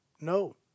no